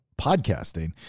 podcasting